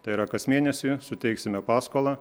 tai yra kas mėnesį suteiksime paskolą